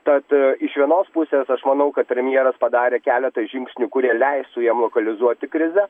tad iš vienos pusės aš manau kad premjeras padarė keletą žingsnių kurie leistų jam lokalizuoti krizę